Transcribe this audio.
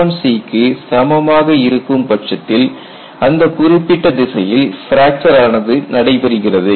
K1C க்கு சமமாக இருக்கும் பட்சத்தில் அந்தக் குறிப்பிட்ட திசையில் பிராக்சர் ஆனது நடைபெறுகிறது